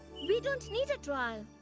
we don't need a trial.